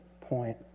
point